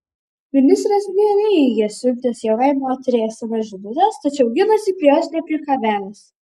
ministras neneigia siuntęs jaunai moteriai sms žinutes tačiau ginasi prie jos nepriekabiavęs